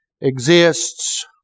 exists